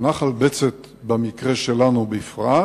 ולנחל בצת במקרה שלנו בפרט,